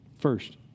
First